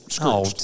No